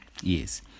Yes